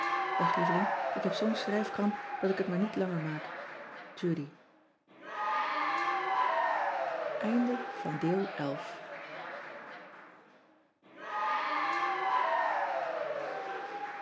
ag lieveling ik heb zoo n schrijfkramp dat ik het maar niet langer maak udy